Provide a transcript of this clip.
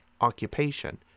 occupation